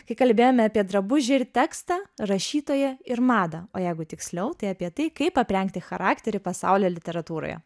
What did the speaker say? kai kalbėjome apie drabužį ir tekstą rašytoją ir madą o jeigu tiksliau tai apie tai kaip aprengti charakterį pasaulio literatūroje